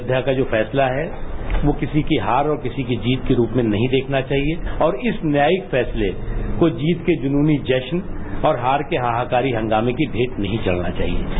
अयोध्या का जो फैसला है वो किसी की हार और किसी की जीत के रूप में नहीं देखना चाहिए और इस न्यायिक फैसले को जीत के जुन्नी जश्न और हार के हाहाकारी हंगामें की भेंट नहीं चढ़ना चाहिए